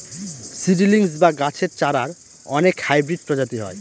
seedlings বা গাছের চারার অনেক হাইব্রিড প্রজাতি হয়